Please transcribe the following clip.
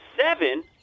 Seven